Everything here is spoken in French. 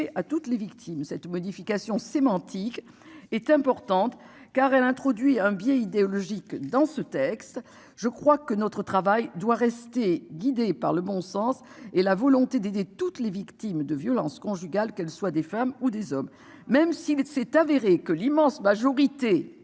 à toutes les victimes. Cette modification sémantique est importante car elle introduit un biais idéologique dans ce texte, je crois que notre travail doit rester guidé par le bon sens et la volonté d'aider toutes les victimes de violences conjugales, qu'elles soient des femmes ou des hommes. Même si les deux s'est avéré que l'immense majorité